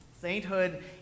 Sainthood